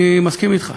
אני מסכים אתך.